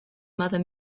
mother